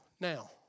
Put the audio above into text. now